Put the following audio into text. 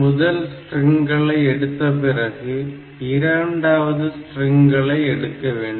முதல் ஸ்ட்ரிங்களை எடுத்தபிறகு இரண்டாவது ஸ்ட்ரிங்களை எடுக்க வேண்டும்